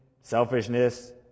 selfishness